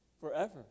forever